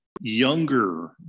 younger